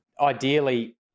Ideally